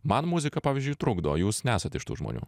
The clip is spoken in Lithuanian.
man muzika pavyzdžiui trukdo jūs nesat iš tų žmonių